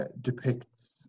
depicts